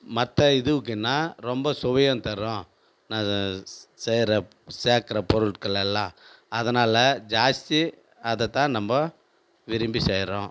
மற்ற இதுவுக்குன்னா ரொம்ப சுவையும் தரும் அது செய்றப்போ சேர்க்கிற பொருட்களெல்லாம் அதனால் ஜாஸ்தி அதைத்தான் நம்ப விரும்பிச் செய்யறோம்